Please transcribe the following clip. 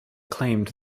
claimed